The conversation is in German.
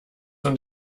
und